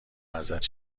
ازت